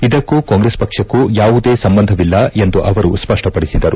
ಇದಕ್ಕೂ ಕಾಂಗ್ರೆಸ್ ಪಕ್ಷಕ್ಕೂ ಯಾವುದೇ ಸಂಬಂಧವಿಲ್ಲ ಎಂದು ಅವರು ಸ್ವಷ್ಪಡಿಸಿದರು